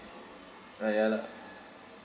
ah ya lah